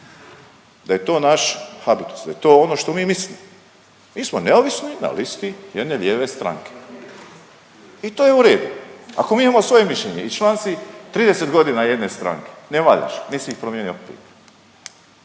da je to naš habitus, da je to ono što mi mislimo. Mi smo neovisni na listi jedne lijeve stranke i to je u redu. Ako mi imamo svoje mišljenje i član si 30 godina jedne stranke ne valjaš, ti si ih promijenio.